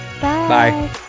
Bye